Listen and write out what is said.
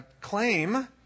claim